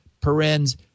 parens